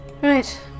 Right